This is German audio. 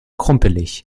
krumpelig